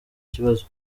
kibazo